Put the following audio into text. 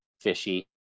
fishy